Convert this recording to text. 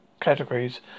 categories